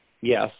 Yes